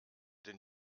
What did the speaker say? den